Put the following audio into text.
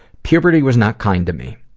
puberty was not kind to me.